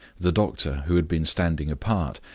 the doctor, who had been standing apart,